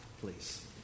please